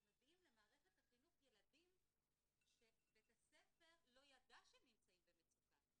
אנחנו מביאים למערכת החינוך ילדים שבית הספר לא ידע שהם נמצאים במצוקה,